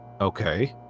Okay